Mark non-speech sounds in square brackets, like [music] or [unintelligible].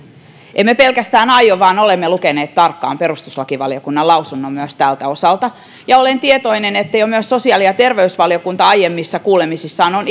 emme pelkästään aio vaan olemme lukeneet tarkkaan perustuslakivaliokunnan lausunnon myös tältä osalta ja olen tietoinen että jo myös sosiaali ja terveysvaliokunta aiemmissa kuulemisissaan on [unintelligible]